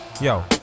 yo